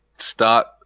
start